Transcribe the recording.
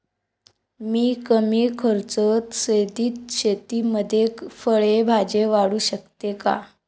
मी कमी खर्चात सेंद्रिय शेतीमध्ये फळे भाज्या वाढवू शकतो का?